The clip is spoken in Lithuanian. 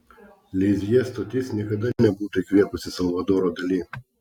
lizjė stotis niekada nebūtų įkvėpusi salvadoro dali